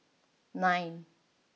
nine